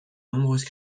nombreuses